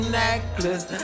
necklace